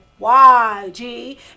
YG